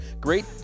Great